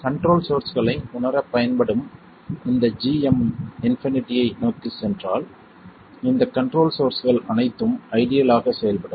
control சோர்ஸ்களை உணரப் பயன்படும் இந்த gm இன்பினிட்டியை நோக்கிச் சென்றால் இந்தக் கண்ட்ரோல் சோர்ஸ்கள் அனைத்தும் ஐடியல் ஆகச் செயல்படும்